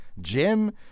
Jim